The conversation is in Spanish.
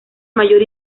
mayor